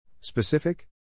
Specific